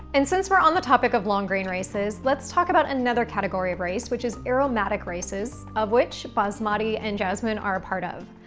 and since we're on the topic of long-grain rices, let's talk about another category of rice, which is aromatic rices, of which basmati and jasmine are a part of.